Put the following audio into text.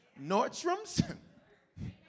Nordstrom's